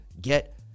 get